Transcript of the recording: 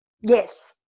Yes